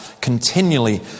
continually